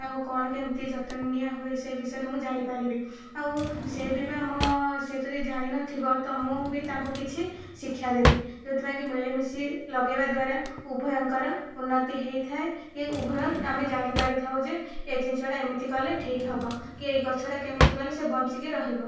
ତାକୁ କ'ଣ କେମିତି ଯତ୍ନ ନିଆହୁଏ ସେ ବିଷୟରେ ମୁଁ ଜାଣିପାରିବି ଆଉ ସେ ବି ବା ମୋ ସେ ଯଦି ଜାଣିନଥିବ ତ ମୁଁ ବି ତାଙ୍କୁ କିଛି ଶିକ୍ଷାଦେବି ଯେଉଁଥିପାଇଁକି ମିଳିମିଶି ଲଗେଇବା ଦ୍ୱାରା ଉଭୟଙ୍କର ଉନ୍ନତି ହୋଇଥାଏ କି ଉଭୟ ଆମେ ଜାଣିପାରିଥାଉ ଯେ ଏ ଜିନିଷଟା ଏମିତି କଲେ ଠିକ୍ ହେବ କି ଏଇ ଗଛଟା କେମିତି କଲେ ସେ ବଞ୍ଚିକି ରହିବ